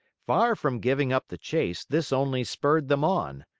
far from giving up the chase, this only spurred them on.